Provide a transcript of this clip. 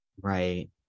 right